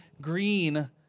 green